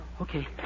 Okay